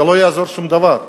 זה לא יעזור בשום דבר.